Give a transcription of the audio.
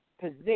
position